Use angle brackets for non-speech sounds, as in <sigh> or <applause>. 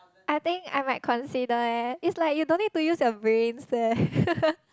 I think I might consider leh it's like you don't need to use your brains leh <laughs>